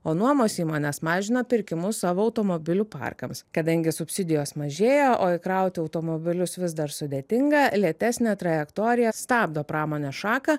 o nuomos įmonės mažina pirkimus savo automobilių parkams kadangi subsidijos mažėja o įkrauti automobilius vis dar sudėtinga lėtesnė trajektorija stabdo pramonės šaką